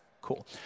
Cool